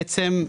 בעצם,